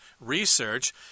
research